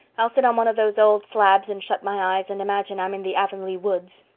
i'll sit on one of those old slabs and shut my eyes and imagine i'm in the avonlea woods.